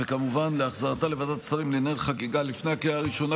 וכמובן החזרתה לוועדת השרים לענייני חקיקה לפני הקריאה הראשונה,